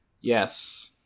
Yes